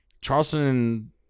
Charleston